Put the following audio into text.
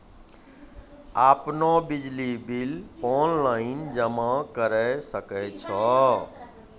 आपनौ बिजली bill online जमा करै सकै छौ?